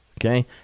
okay